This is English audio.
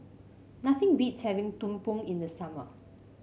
nothing beats having tumpeng in the summer